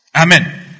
Amen